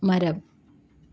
മരം